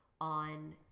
on